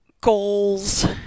goals